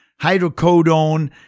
hydrocodone